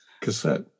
Cassette